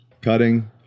cutting